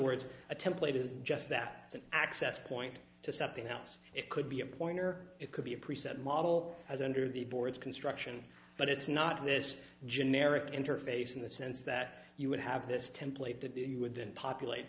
words a template is just that it's an access point to something else it could be a pointer or it could be a preset model as under the board's construction but it's not in this generic interface in the sense that you would have this template that you would then populate